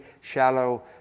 shallow